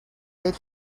that